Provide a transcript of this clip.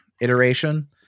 iteration